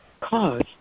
cause